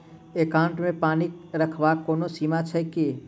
Account मे पाई रखबाक कोनो सीमा छैक की?